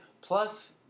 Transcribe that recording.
plus